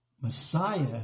Messiah